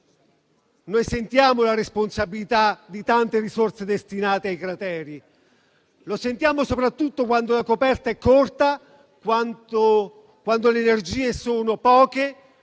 sentiamo la responsabilità delle tante risorse destinate ai crateri. La sentiamo soprattutto quando la coperta è corta, le energie sono poche